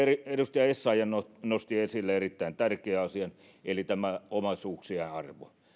edustaja essayah nosti esille erittäin tärkeän asian eli tämän omaisuuksien arvon